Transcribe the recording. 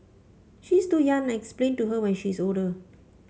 she's too young I'll explain to her when she's older